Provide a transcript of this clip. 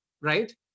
right